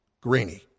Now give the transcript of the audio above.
Greeny